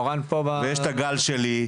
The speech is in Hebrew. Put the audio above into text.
ויש את הגל שלי.